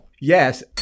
Yes